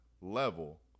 level